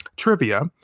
Trivia